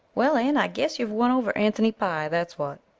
well, anne, i guess you've won over anthony pye, that's what.